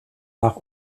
nach